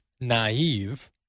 naive